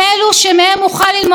בואו תראו אם מצאתי.